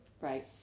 right